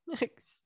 next